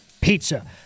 Pizza